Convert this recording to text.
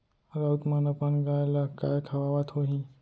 राउत मन अपन गाय ल काय खवावत होहीं